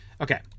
Okay